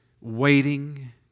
waiting